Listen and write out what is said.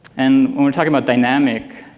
and when we're talking about dynamic,